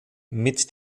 mit